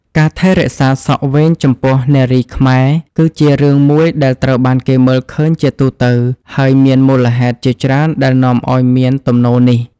ការថែរក្សាសក់វែងចំពោះនារីខ្មែរ គឺជារឿងមួយដែលត្រូវបានគេមើលឃើញជាទូទៅ ហើយមានមូលហេតុជាច្រើនដែលនាំឲ្យមានទំនោរនេះ។